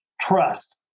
trust